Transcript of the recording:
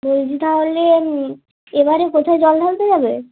বলছি তাহলে এবারে কোথায় জল ঢালতে যাবে